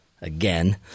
again